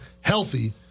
healthy